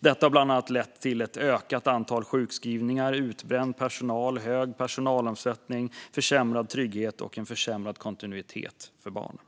Detta har bland annat lett till ett ökat antal sjukskrivningar, utbränd personal, hög personalomsättning samt till försämrad trygghet och kontinuitet för barnen.